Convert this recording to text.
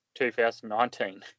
2019